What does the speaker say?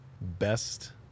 best